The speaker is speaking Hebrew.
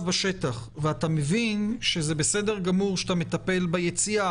בשטח ואתה מבין שזה בסדר גמור שאתה מטפל ביציאה,